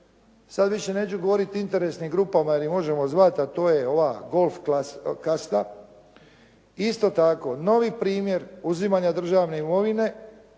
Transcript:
sada više neću govoriti o interesnim grupama jer ih možemo zvat, a to je ova golf kasta. Isto tako novi primjer uzimanja držane imovine